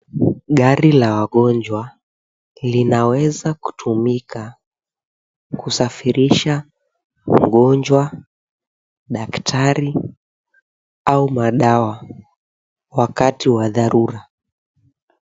Gari la wagonjwa linaweza kutumika kusafirisha mngojwa, daktari au madawa wakati wa dharura.